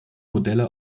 modelle